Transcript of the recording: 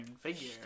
figure